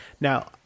Now